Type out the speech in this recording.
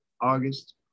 August